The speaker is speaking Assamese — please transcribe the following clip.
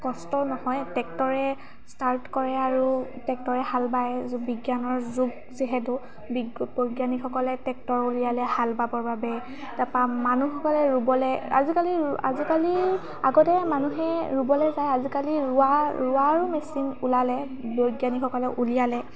কষ্ট নহয় ট্ৰেক্টৰে ষ্টাৰ্ট কৰে আৰু ট্ৰেক্টৰে হাল বায় যু বিজ্ঞানৰ যুগ যিহেতু বিজ্ঞ বৈজ্ঞানিকসকলে ট্ৰেক্টৰ উলিয়ালে হাল বাবৰ বাবে তাপা মানুহসকলে ৰুবলৈ আজিকালি আজিকালি আগতে মানুহে ৰুবলৈ যায় আজিকালি ৰোৱা ৰোৱাৰো মেচিন ওলালে বৈজ্ঞানিকসকলে উলিয়ালে